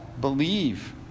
Believe